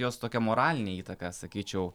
jos tokia moralinė įtaka sakyčiau